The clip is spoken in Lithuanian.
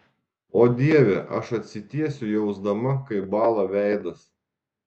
o dieve aš atsitiesiu jausdama kaip bąla veidas